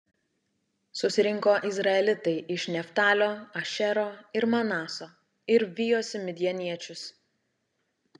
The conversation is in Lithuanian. susirinko izraelitai iš neftalio ašero ir manaso ir vijosi midjaniečius